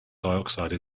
dioxide